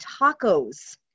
tacos